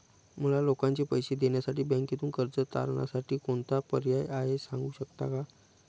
मला लोकांचे पैसे देण्यासाठी बँकेतून कर्ज तारणसाठी कोणता पर्याय आहे? सांगू शकता का?